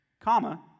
Comma